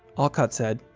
alcott said,